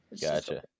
gotcha